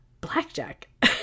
blackjack